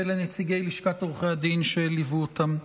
ולנציגי לשכת עורכי הדין שליוו אותן.